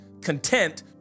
content